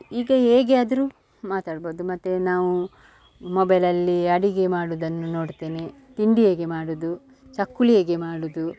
ಈಗ ಹೇಗೆ ಆದ್ರೂ ಮಾತಾಡ್ಬೋದು ಮತ್ತು ನಾವು ಮೊಬೈಲಲ್ಲಿ ಅಡಿಗೆ ಮಾಡುವುದನ್ನು ನೋಡ್ತೇನೆ ತಿಂಡಿ ಹೇಗೆ ಮಾಡುವುದು ಚಕ್ಕುಲಿ ಹೇಗೆ ಮಾಡುವುದು